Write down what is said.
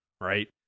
Right